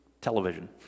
television